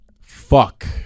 fuck